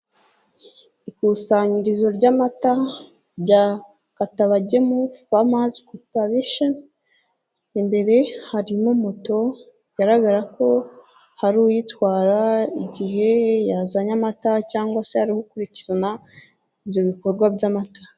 Ikusanyirizo ry'amata rya Katabagemu famazi koparisheni, imbere harimo moto bigaragara ko hari uwuyitwara igihe yazanye amata cyangwa se ari gukurikirana ibyo bikorwa by'amata.